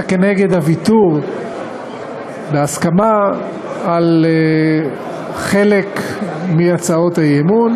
כנגד הוויתור בהסכמה על חלק מהצעות האי-אמון,